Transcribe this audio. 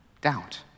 doubt